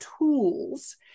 tools